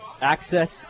access